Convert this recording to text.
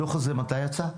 הדוח הזה, מתי יצא?